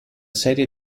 serie